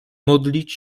modlić